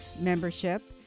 membership